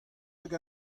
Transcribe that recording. hag